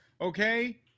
okay